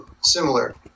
similar